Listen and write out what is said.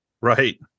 Right